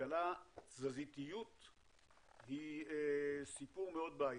שבכלכלה תזזיתיות היא סיפור מאוד בעייתי.